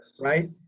right